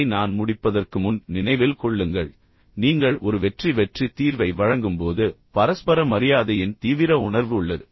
இதை நான் முடிப்பதற்கு முன் நினைவில் கொள்ளுங்கள் நீங்கள் ஒரு வெற்றி வெற்றி தீர்வை வழங்கும்போது பரஸ்பர மரியாதையின் தீவிர உணர்வு உள்ளது